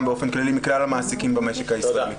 באופן כללי מכלל המעסיקים במשק הישראלי.